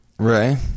Right